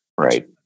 Right